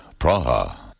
Praha